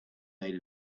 made